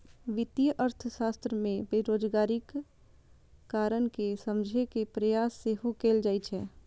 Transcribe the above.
वित्तीय अर्थशास्त्र मे बेरोजगारीक कारण कें समझे के प्रयास सेहो कैल जाइ छै